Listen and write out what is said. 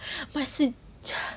sejarah